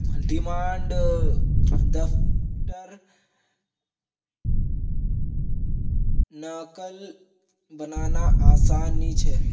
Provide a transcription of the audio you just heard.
demand drafter नक़ल बनाना आसान नि छे